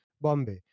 Bombay